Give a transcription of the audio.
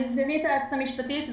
אני סגנית היועצת המשפטית.